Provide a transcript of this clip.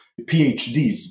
PhDs